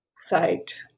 site